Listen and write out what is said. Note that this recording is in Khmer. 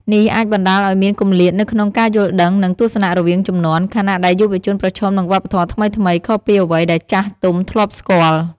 នេះអាចបណ្ដាលឱ្យមានគម្លាតនៅក្នុងការយល់ដឹង និងទស្សនៈរវាងជំនាន់ ខណៈដែលយុវជនប្រឈមនឹងវប្បធម៌ថ្មីៗ ខុសពីអ្វីដែលចាស់ទុំធ្លាប់ស្គាល់។